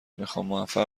میخوامموفق